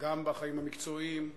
גם בחיים המקצועיים,